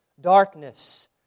darkness